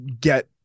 get